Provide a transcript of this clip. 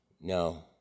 no